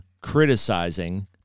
criticizing